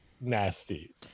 nasty